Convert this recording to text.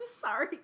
Sorry